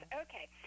Okay